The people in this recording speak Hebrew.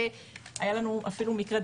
היה לנו אפילו מקרה,